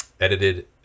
edited